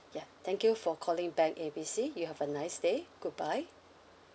ya thank you for calling bank A B C you have a nice day goodbye